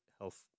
health